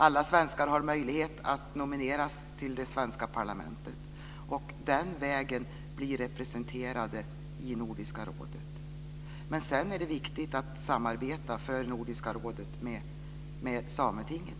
Alla svenskar har möjlighet att nomineras till det svenska parlamentet och att på den vägen bli representerade i Nordiska rådet. Men det är i övrigt naturligtvis viktigt för Nordiska rådet att samarbeta med sametinget.